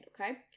okay